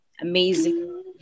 amazing